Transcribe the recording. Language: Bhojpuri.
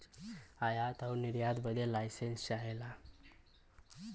आयात आउर निर्यात बदे लाइसेंस चाहला